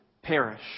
Perish